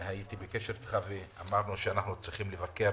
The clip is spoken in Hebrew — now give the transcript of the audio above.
הייתי איתך בקשר, ואמרנו שאנחנו צריכים לבקר